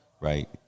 right